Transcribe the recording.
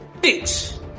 bitch